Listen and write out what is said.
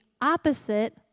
opposite